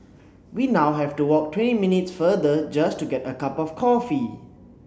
we now have to walk twenty minute further just to get a cup of coffee